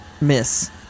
Miss